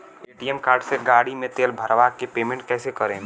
ATM card से गाड़ी मे तेल भरवा के पेमेंट कैसे करेम?